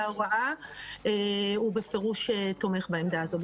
ההוראה הוא בפירוש תומך בעמדה הזו,